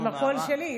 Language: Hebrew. עם הקול שלי.